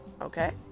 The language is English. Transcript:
okay